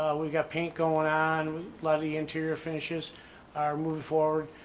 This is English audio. we've got paint going on a lot of the interior finishes are moving forward,